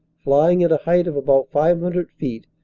flying at a height of about five hundred feet,